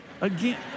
Again